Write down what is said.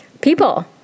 people